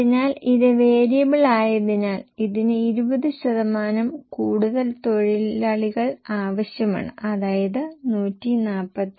അതിനാൽ ഇത് വേരിയബിൾ ആയതിനാൽ ഇതിന് 20 ശതമാനം കൂടുതൽ തൊഴിലാളികൾ ആവശ്യമാണ് അതായത് 142